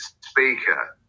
speaker